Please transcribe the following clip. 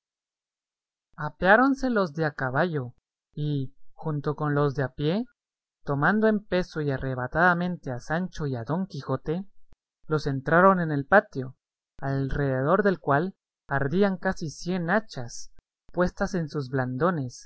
quijote apeáronse los de a caballo y junto con los de a pie tomando en peso y arrebatadamente a sancho y a don quijote los entraron en el patio alrededor del cual ardían casi cien hachas puestas en sus blandones